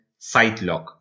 SiteLock